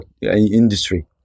industry